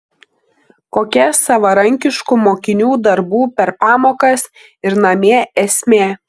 kokia savarankiškų mokinių darbų per pamokas ir namie esmė